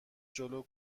جلو